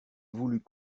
voulut